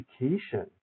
education